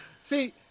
See